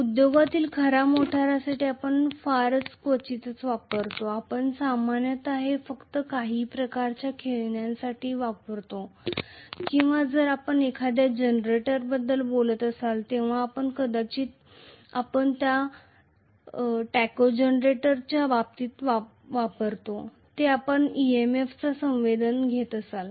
उद्योगातील खऱ्या मोटरसाठी आपण फारच क्वचितच वापरतो आपण सामान्यत ते फक्त काही प्रकारच्या खेळण्यांसाठी वापरतो किंवा जर आपण एखाद्या जनरेटरबद्दल बोलत असतो तेव्हा आपण कदाचित आपण त्या टॅकोजेनेटरच्या बाबतीत वापरतो जेथे आपण EMF चा संवेदना घेत असाल